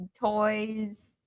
toys